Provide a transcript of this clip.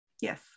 Yes